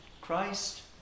Christ